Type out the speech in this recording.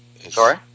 Sorry